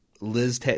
Liz